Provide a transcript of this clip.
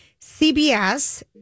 CBS